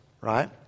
right